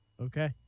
Okay